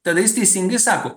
tada jis teisingai sako